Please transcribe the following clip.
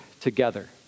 together